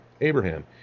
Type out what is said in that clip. Abraham